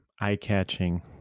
eye-catching